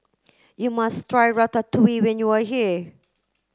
you must try Ratatouille when you are here